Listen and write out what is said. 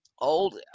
old